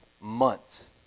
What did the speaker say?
Months